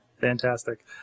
Fantastic